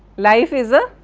life is a?